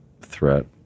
threat